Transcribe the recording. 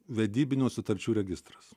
vedybinių sutarčių registras